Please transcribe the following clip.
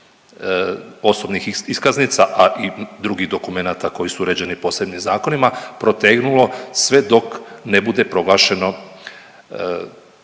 osobnih iskaznica, a i drugih dokumenata koji su uređeni posebnim zakonima, protegnulo sve dok ne bude proglašen